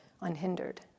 unhindered